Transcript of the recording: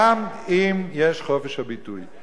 גם אם יש חופש ביטוי.